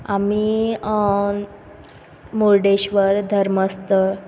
आमी मुर्डेश्वर धर्मस्थळ